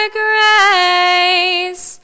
grace